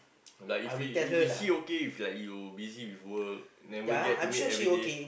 like if you is is she okay with like you busy with work never get to meet everyday